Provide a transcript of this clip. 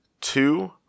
two